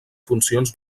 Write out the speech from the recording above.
funcions